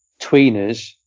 tweeners